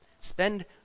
spend